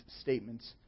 statements